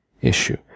issue